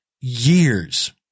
years